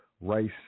rice